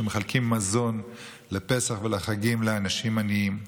שמחלקים מזון בפסח ובחגים לאנשים עניים.